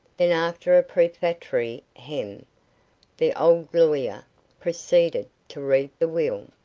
then after a prefatory hem! the old lawyer proceeded to read the will,